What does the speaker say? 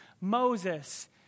Moses